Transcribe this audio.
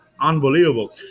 unbelievable